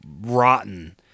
rotten